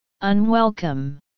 Unwelcome